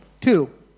two